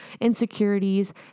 insecurities